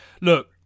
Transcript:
Look